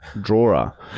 drawer